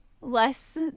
less